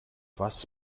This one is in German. was